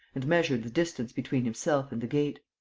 and measured the distance between himself and the gate.